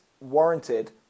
warranted